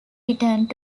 returned